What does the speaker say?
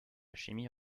chimie